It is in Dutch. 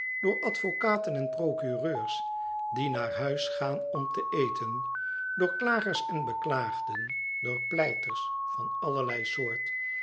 door advocaten en procureurs die naar huis gaan om te eten door klagers en beklaagden door pleiters van allerlei soort